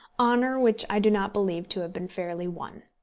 honour which i do not believe to have been fairly won.